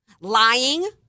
lying